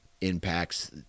impacts